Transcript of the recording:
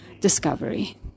discovery